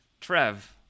Trev